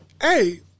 hey